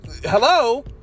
hello